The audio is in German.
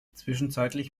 zwischenzeitlich